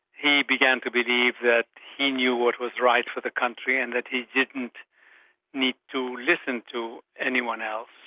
he began to believe that he knew what was right for the country and that he didn't need to listen to anyone else.